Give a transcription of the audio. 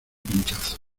pinchazo